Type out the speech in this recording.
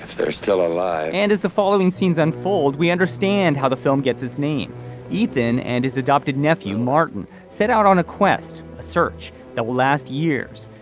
they're still alive and as the following scenes unfold we understand how the film gets his name ethan and his adopted nephew martin set out on a quest a search that will last years.